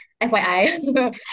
FYI